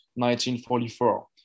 1944